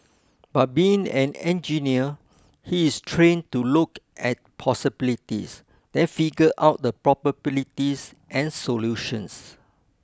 but being an engineer he is trained to look at possibilities then figure out the probabilities and solutions